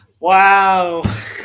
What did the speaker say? Wow